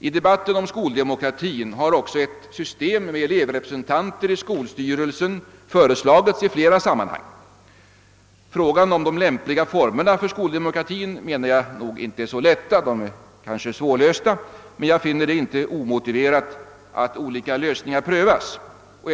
I debatten om skoldemokratin har också ett system med elevrepresentanter i skolstyrelsen föreslagits i flera sammanhang. Frågan om de lämpliga formerna för skoldemokratin är nog inte så lätt att lösa, men jag anser det inte omotiverat att olika lösningar för att finna lämpliga former prövas.